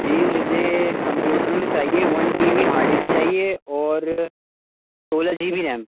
جی مجھے کمپیوٹر میں چاہیے one T B hard disk چاہیے اور سولہ جی بی ریم